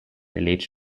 relate